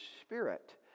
spirit